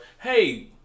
Hey